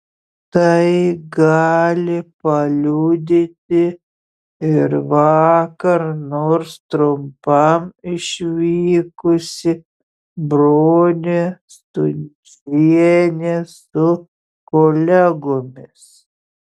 tai gali paliudyti ir vakar nors trumpam išvykusi bronė stundžienė su kolegomis